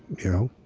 you know,